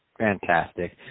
Fantastic